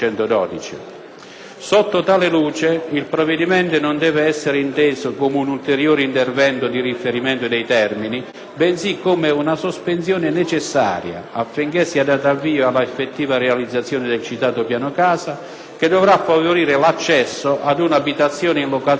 Sotto tale luce, il provvedimento non deve essere inteso come un ulteriore intervento di differimento di termini, bensì come una «sospensione necessaria» affinché sia dato avvio all'effettiva realizzazione del citato Piano casa, che dovrà favorire l'accesso ad un'abitazione in locazione o in proprietà